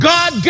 God